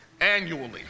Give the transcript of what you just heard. annually